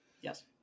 Yes